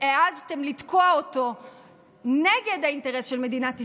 שהעזתם לתקוע אותו נגד האינטרס של מדינת ישראל,